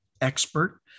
expert